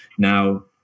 Now